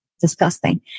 disgusting